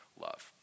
love